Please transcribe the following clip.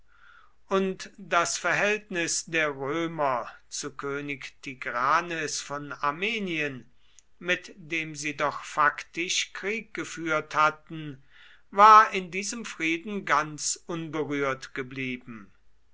und das verhältnis der römer zu könig tigranes von armenien mit dem sie doch faktisch krieg geführt hatten war in diesem frieden ganz unberührt geblieben